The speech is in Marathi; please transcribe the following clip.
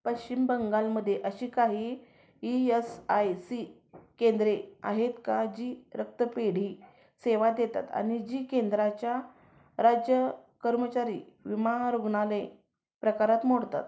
पश्चिम बंगालमध्ये अशी काही ई यस आय सी केंद्रे आहेत का जी रक्तपेढी सेवा देतात आणि जी केंद्राच्या राज्य कर्मचारी विमा रुग्णालय प्रकारात मोडतात